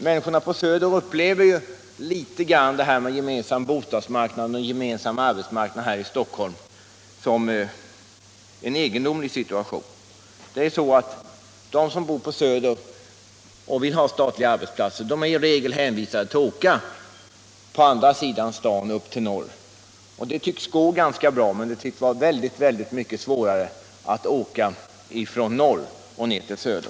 Människorna på söder upplever detta med den gemensamma bostadsmarknaden och den gemensamma arbetsmarknaden i Stockholm som en egendomlig situation. De som bor på söder och har en statlig tjänst är i regel hänvisade till att åka till andra sidan staden, upp till norr. Det tycks gå ganska bra — det tycks vara betydligt svårare att åka från norr till söder.